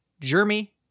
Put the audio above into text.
Jeremy